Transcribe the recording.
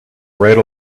right